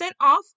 off